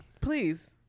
please